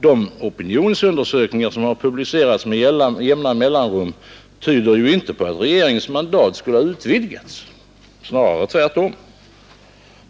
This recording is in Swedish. De opinionsundersökningar som har publicerats med jämna mellanrum tyder ju inte på att regeringens mandat skulle ha utvidgats, snarare tvärtom.